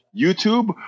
YouTube